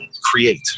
create